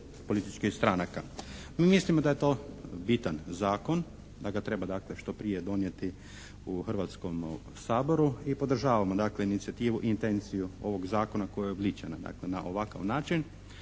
političkih stranaka. Mi mislimo da je to bitan zakon, da ga treba dakle što prije donijeti u Hrvatskom saboru i podržavamo dakle inicijativu i intenciju ovog zakona koji je uobličen na ovakav način